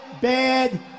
bad